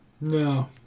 No